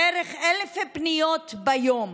בערך 1,000 פניות ביום,